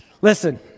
Listen